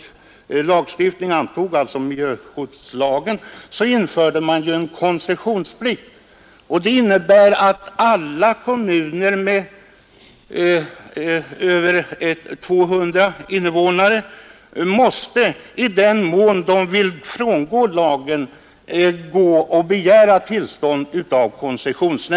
När miljöskyddslagen antogs 1969 infördes en koncessionsplikt. Det innebär att alla kommuner med över 200 invånare måste begära nämndens tillstånd för utsläpp av avloppsvatten.